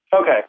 Okay